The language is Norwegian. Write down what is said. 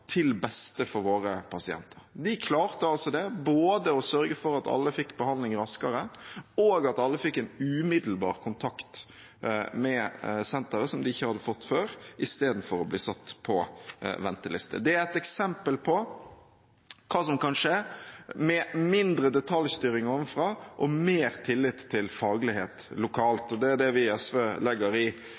til beste for våre pasienter? De klarte det – både å sørge for at alle fikk behandling raskere, og at alle fikk en umiddelbar kontakt med senteret, som de ikke hadde fått før, i stedet for å bli satt på venteliste. Dette er et eksempel på hva som kan skje med mindre detaljstyring ovenfra og mer tillit til faglighet lokalt, og det er det vi i SV legger i